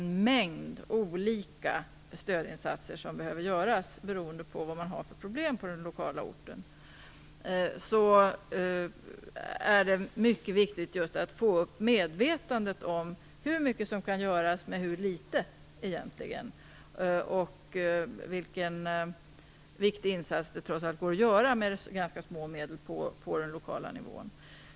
En mängd olika stödinsatser behöver göras på det här området beroende på vad man har för problem på den lokala orten, och trots allt går det att göra en viktig insats med ganska små medel på den lokala nivån.